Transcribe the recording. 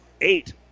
eight